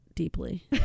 deeply